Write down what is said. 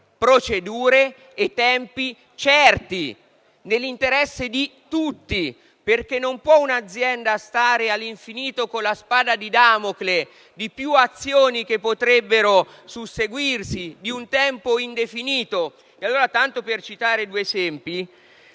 procedure e tempi certi, nell'interesse di tutti. Un'azienda non può stare all'infinito con la spada di Damocle di più azioni che potrebbero susseguirsi, di un tempo indefinito. Tanto per citare un altro